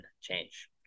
change